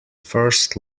first